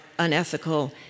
unethical